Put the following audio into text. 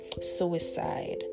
Suicide